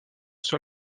sur